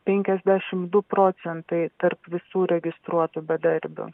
penkiasdešimt du procentai tarp visų registruotų bedarbių